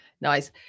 nice